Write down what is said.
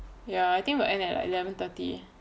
ya I think we'll end at like eleven thirty